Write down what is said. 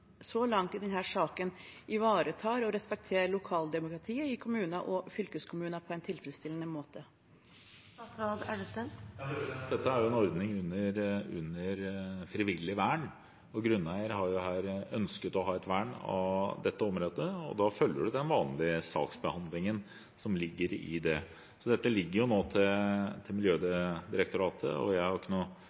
så langt i denne saken ivaretar og respekterer lokaldemokratiet i kommuner og fylkeskommuner på en tilfredsstillende måte? Dette er jo en ordning under frivillig vern. Grunneier har her ønsket å ha et vern av dette området, og da følger en den vanlige saksbehandlingen som ligger i det. Dette ligger nå til Miljødirektoratet, og jeg går ikke